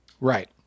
Right